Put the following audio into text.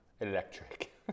electric